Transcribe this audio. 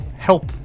help